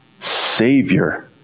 Savior